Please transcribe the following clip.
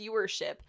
viewership